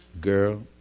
girl